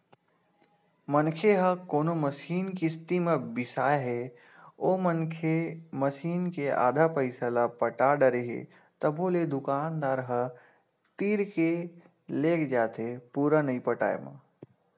मनखे ह कोनो मसीन किस्ती म बिसाय हे ओ मनखे मसीन के आधा पइसा ल पटा डरे हे तभो ले दुकानदार ह तीर के लेग जाथे पुरा नइ पटाय म